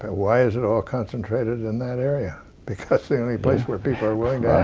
why is it all concentrated in that area? because that's the only place where people are willing